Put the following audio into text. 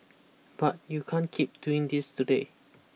but you can't keep doing this today